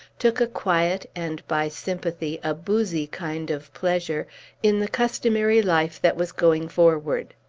took a quiet, and, by sympathy, a boozy kind of pleasure in the customary life that was going forward.